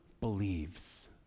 believes